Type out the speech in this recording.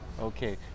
Okay